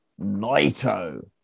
Naito